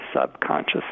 subconscious